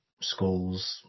schools